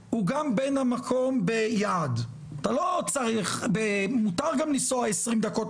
מתנהל בעיקר על בסיס תחושות וניסיון חיים שזה חשוב מאוד,